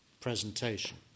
presentation